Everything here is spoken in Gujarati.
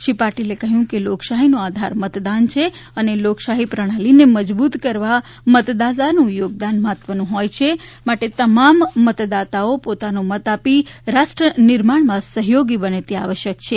શ્રી પાટીલે કહ્યું કે લોકશાહીનો આધાર મતદાન છે અને લોકશાહી પ્રણાલીને મજબૂત કરવા મતદાતાનું યોગદાન મહત્વનું હોય છે માટે તમામ મતદાતાઓ પોતાનો મત આપી રાષ્ટ્ર નિર્માણમાં સહયોગી બને તે આવશ્યક છે